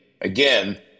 again